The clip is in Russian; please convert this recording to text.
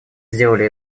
сделали